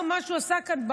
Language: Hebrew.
מה שהוא בעיקר עשה כאן,